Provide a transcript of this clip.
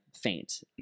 faint